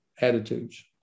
attitudes